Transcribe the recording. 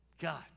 God